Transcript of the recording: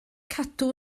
cadw